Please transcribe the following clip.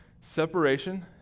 separation